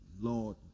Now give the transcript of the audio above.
lord